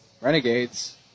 Renegades